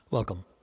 Welcome